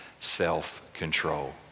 self-control